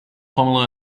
pamela